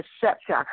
deception